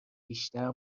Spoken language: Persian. بیشتر